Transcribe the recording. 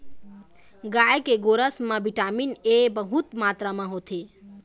गाय के गोरस म बिटामिन ए बहुत मातरा म होथे